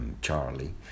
Charlie